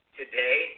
today